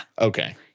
Okay